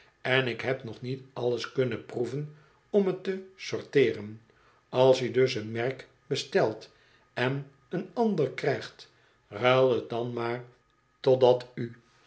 en ik heb nog niet alles kunnen proeven om t te sorteeren als u dus een merk bestelt en een ander krijgt ruil t dan maar totdat u